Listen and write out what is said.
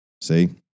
see